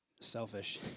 selfish